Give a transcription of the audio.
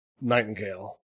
Nightingale